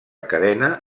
cadena